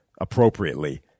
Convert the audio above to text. appropriately